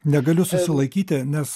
negaliu susilaikyti nes